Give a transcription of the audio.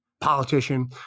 politician